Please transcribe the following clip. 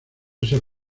ese